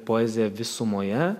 poeziją visumoje